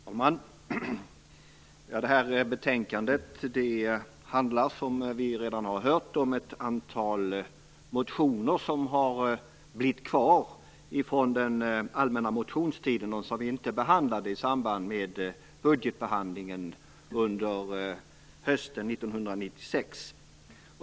Herr talman! Detta betänkande behandlar, som vi redan har hört, ett antal motioner som har blivit kvar från den allmänna motionstiden och som vi inte behandlade i samband med budgetbehandlingen under hösten 1996.